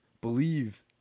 believe